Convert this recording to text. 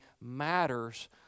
matters